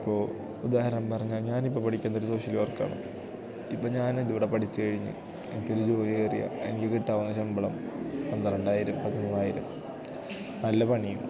ഇപ്പോള് ഉദാഹരണം പറഞ്ഞാല് ഞാനിപ്പോള് പഠിക്കുന്നതൊരു സോഷ്യൽ വർക്കാണ് ഇപ്പോള് ഞാൻ ഇതിവിടെ പഠിച്ചു കഴിഞ്ഞ് എനിക്കൊരു ജോലിയില് കയറിയാല് എനിക്ക് കിട്ടാവുന്ന ശമ്പളം പന്ത്രണ്ടായിരം പതിമൂവായിരം നല്ല പണിയും